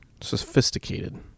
Sophisticated